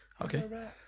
Okay